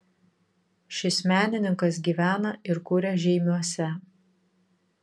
šis menininkas gyvena ir kuria žeimiuose